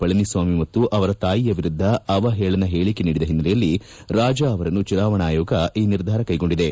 ಪಳನಿಸ್ವಾಮಿ ಮತ್ತು ಅವರ ತಾಯಿಯ ವಿರುದ್ದ ಅವಹೇಳನ ಹೇಳಿಕೆ ನೀಡಿದ ಹಿನ್ನೆಲೆಯಲ್ಲಿ ರಾಜಾ ಅವರನ್ನು ಚುನಾವಣಾ ಆಯೋಗ ಈ ನಿರ್ಧಾರ ಕೈಗೊಂಡಿದೆ